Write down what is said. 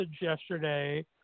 yesterday